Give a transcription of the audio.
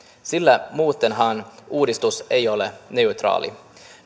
sillä muutenhan uudistus ei ole neutraali